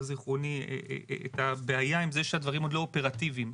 זכרוני את הבעיה עם זה שהדברים עוד לא אופרטיביים,